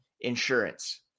insurance